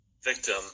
victim